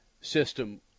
system